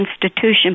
Constitution